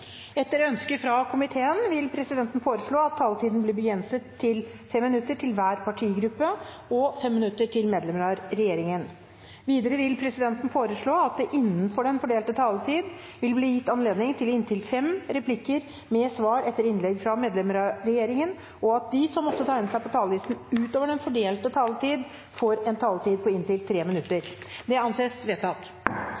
Etter ønske fra kommunal- og forvaltningskomiteen vil presidenten foreslå at taletiden blir begrenset til 5 minutter til hver partigruppe og 5 minutter til medlemmer av regjeringen. Videre vil presidenten foreslå at det – innenfor den fordelte taletid – blir gitt anledning til inntil fem replikker med svar etter innlegg fra medlemmer av regjeringen, og at de som måtte tegne seg på talerlisten utover den fordelte taletid, får en taletid på inntil 3 minutter.